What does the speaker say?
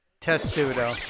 testudo